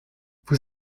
vous